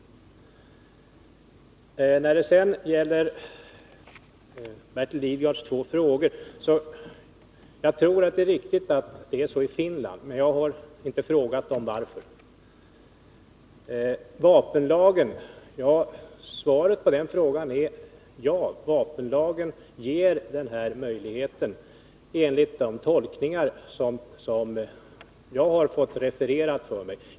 När det sedan gäller Bertil Lidgards två frågor tror jag att det är riktigt att det i Finland förhåller sig som han angav, men jag har inte frågat finländarna varför. När det gäller vapenlagen är svaret på frågan ja. Vapenlagen ger den här möjligheten, enligt de tolkningar som jag har fått refererade för mig.